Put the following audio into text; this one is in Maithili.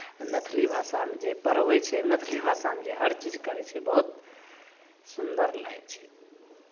मैथिली भाषामे जे पढ़बै छै मैथिली भाषामे जे हर चीज करै छै बहुत सुन्दर लागै छै